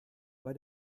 bei